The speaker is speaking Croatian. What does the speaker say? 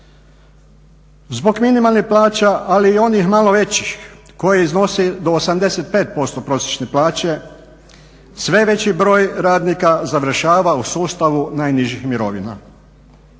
Zbog minimalne plaće ali i onih malo većih koje iznose do 85% prosječne plaće sve veći broj radnika završava u sustavu najnižih mirovina.